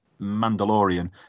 Mandalorian